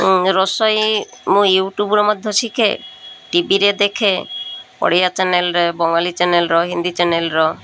ରୋଷେଇ ମୁଁ ୟୁଟ୍ୟୁବରୁ ମଧ୍ୟ ଶିଖେ ଟିଭିରେ ଦେଖେ ଓଡ଼ିଆ ଚ୍ୟାନେଲରେ ବଙ୍ଗାଳୀ ଚ୍ୟାନେଲର ହିନ୍ଦୀ ଚ୍ୟାନେଲର